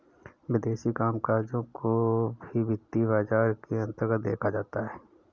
विदेशी कामकजों को भी वित्तीय बाजार के अन्तर्गत देखा जाता है